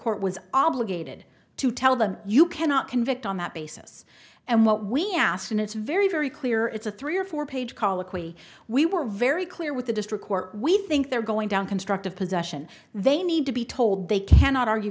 court was obligated to tell them you cannot convict on that basis and what we asked and it's very very clear it's a three or four page colloquy we were very clear with the district court we think they're going down constructive possession they need to be told they cannot argue